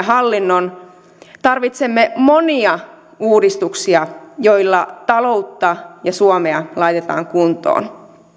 hallinnon tarvitsemme monia uudistuksia joilla taloutta ja suomea laitetaan kuntoon